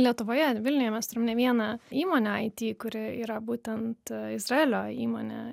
lietuvoje vilniuje mes turim ne vieną įmonę it kuri yra būtent izraelio įmonė